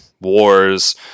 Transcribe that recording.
Wars